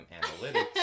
analytics